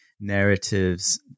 narratives